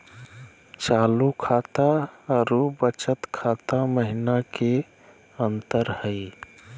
चालू खाता अरू बचत खाता महिना की अंतर हई?